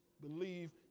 Believe